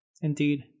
Indeed